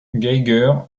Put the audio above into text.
geiger